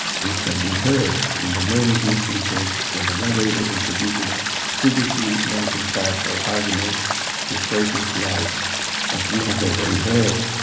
this can be heard in the many instances where the narrator introduces previously mentioned facts or arguments with phrases like, as you have already heard,